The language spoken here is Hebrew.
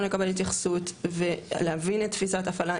לקבל התייחסות ולהבין את תפיסת הפעלה,